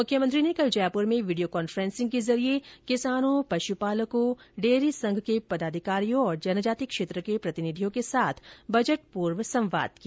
मुख्यमंत्री ने कल जयपुर में वीडियो कॉन्फ्रेंसिंग के जरिए किसानों पशुपालकों डेयरी संघ के पदाधिकारियों और जनजाति क्षेत्र के प्रतिनिधियों के साथ बजट पूर्व संवाद किया